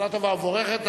שנה טובה ומבורכת.